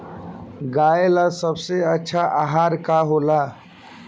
गाय ला सबसे अच्छा आहार का होला?